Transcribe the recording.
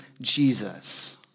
Jesus